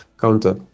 Counter